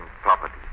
property